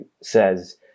says